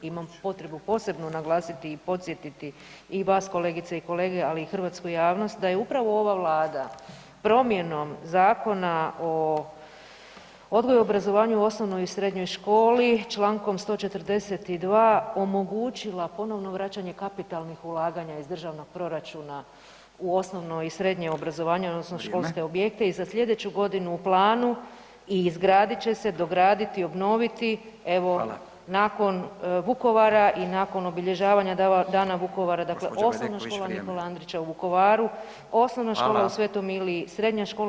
Imam potrebu posebno naglasiti i podsjetiti i vas kolegice i kolege, ali i hrvatsku javnost da je upravo ova Vlada promjenom Zakona o odgoju i obrazovanju u osnovnoj i srednjoj školi Člankom 142. omogućila ponovno vraćanje kapitalnih ulaganja iz državnog proračuna u osnovno i srednje obrazovanje odnosno školske objekte [[Upadica: Vrijeme.]] i za slijedeću godinu u planu i izgradit će se, dograditi i obnoviti evo nakon [[Upadica: Hvala.]] Vukovara i nakon obilježavanja Dana Vukovara dakle [[Upadica: Gospođo Bedeković vrijeme.]] Osnovna škola Nikole Andrića u Vukovaru, Osnovna škola u Sv.Iliji, Srednja škola